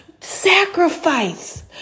Sacrifice